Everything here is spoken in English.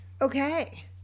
okay